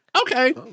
Okay